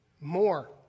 more